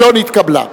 לא נתקבלה.